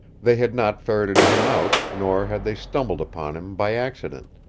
they had not ferreted him out, nor had they stumbled upon him by accident.